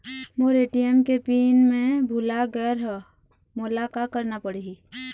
मोर ATM के PIN मैं भुला गैर ह, मोला का करना पढ़ही?